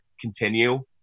continue